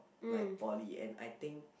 like poly and I think